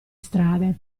strade